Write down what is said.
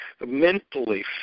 mentally